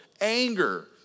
anger